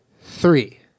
three